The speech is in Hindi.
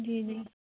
जी जी